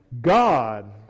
God